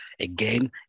Again